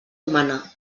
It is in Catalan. humana